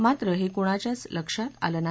मात्र हे कोणाच्याच लक्षात आलं नाही